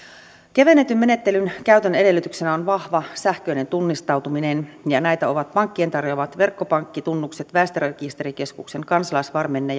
kevennetyn menettelyn käytön edellytyksenä on vahva sähköinen tunnistautuminen välineitä ovat pankkien tarjoamat verkkopankkitunnukset väestörekisterikeskuksen kansalaisvarmenne